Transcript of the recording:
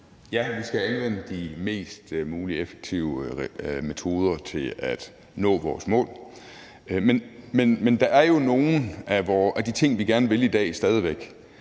Ja, vi skal anvende de mest muligt effektive metoder til at nå vores mål, men der er jo nogle af de ting, vi stadig væk